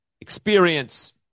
experience